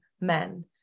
men